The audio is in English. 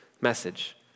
message